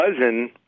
cousin